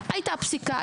הייתה פסיקה,